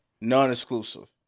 non-exclusive